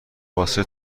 واسه